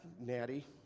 Natty